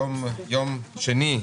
היום יום שני,